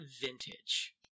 vintage